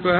இப்ப